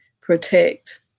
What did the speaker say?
protect